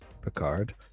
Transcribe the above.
Picard